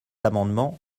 amendement